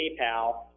PayPal